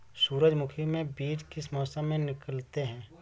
सूरजमुखी में बीज किस मौसम में निकलते हैं?